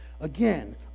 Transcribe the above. Again